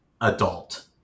adult